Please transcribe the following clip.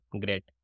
Great